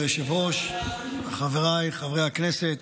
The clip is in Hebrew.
כבוד היושב-ראש, חבריי חברי הכנסת,